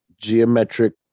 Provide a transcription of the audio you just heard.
geometric